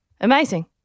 Amazing